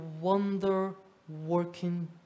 wonder-working